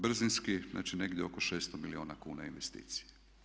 Brzinski, znači negdje oko 600 milijuna kuna investicija.